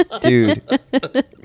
Dude